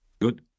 good